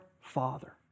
Father